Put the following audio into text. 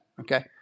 Okay